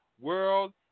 world